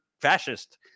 fascist